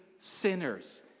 sinners